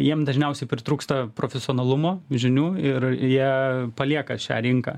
jiem dažniausiai pritrūksta profesionalumo žinių ir jie palieka šią rinką